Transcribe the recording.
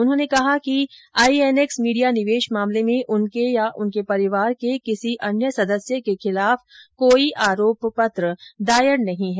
उन्होंने कहा कि आईएनएक्स मीडिया निवेश मामले में उनके या उनके परिवार के किसी अन्य सदस्य के खिलाफ कोई आरोप पत्र दायर नहीं है